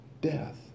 death